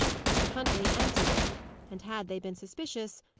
mr. huntley answered it and, had they been suspicious,